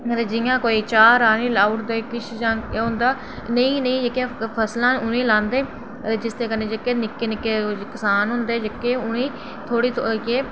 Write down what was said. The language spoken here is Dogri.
जि'यां कोई चाह् राह्नें ई लाऊड़दे किश जां होंदा में इ नेहियां जेह्कियां फसलां न उ'नेंई लांदे दे जिस दे कन्नै जेह्के निक्के निक्के किसान होंदे निक्क निक्के उ'नेंई थोह्ड़ी